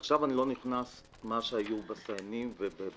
עכשיו אני לא מתייחס למה שהיה לגבי הסייענים בבג"ץ.